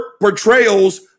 portrayals